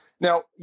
Now